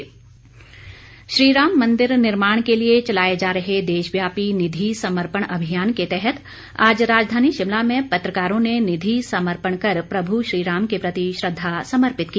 निधि समर्पण श्री राम मंदिर निर्माण के लिए चलाए जा रहे देशव्यापी निधि समर्पण अभियान के तहत आज राजधानी शिमला में पत्रकारों ने निधि समर्पण कर प्रमु श्री राम के प्रति श्रद्धा समर्पित की